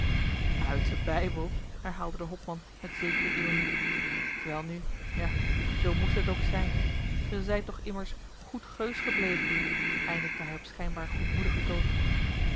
uit den bijbel herhaalde de hopman met zekere ironie wel nu ja zoo moest het ook zijn ge zijt toch immers goed geus gebleven eindigde hij op schijnbaar goedmoedigen